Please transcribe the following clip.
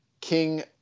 King –